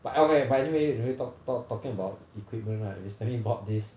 but okay but anyway talk talk talking about equipment right recently bought this